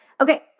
Okay